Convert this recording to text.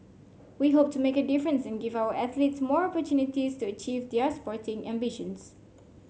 we hope to make a difference and give our athletes more opportunities to achieve their sporting ambitions